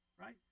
right